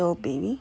angel baby